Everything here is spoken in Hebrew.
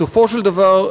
בסופו של דבר,